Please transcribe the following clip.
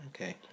Okay